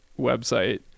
website